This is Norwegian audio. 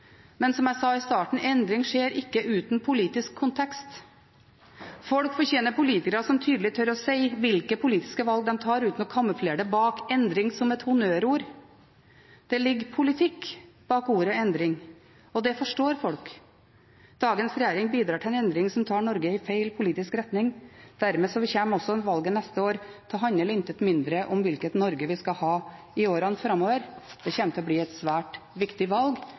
men som jeg sa i starten: Endring skjer ikke uten politisk kontekst. Folk fortjener politikere som tydelig tør å si hvilke politiske valg de tar, uten å kamuflere det bak endring som et honnørord. Det ligger politikk bak ordet endring, og det forstår folk. Dagens regjering bidrar til en endring som tar Norge i feil politisk retning. Dermed kommer også valget neste år til å handle om intet mindre enn hvilket Norge vi skal ha i årene framover. Det kommer til å bli et svært viktig valg